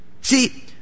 See